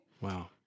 Wow